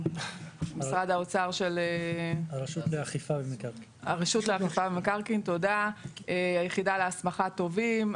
הרשות לאכיפה במקרקעין, היחידה להנחיית תובעים,